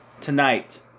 tonight